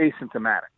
asymptomatic